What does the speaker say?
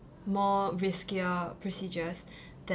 more riskier procedures tha~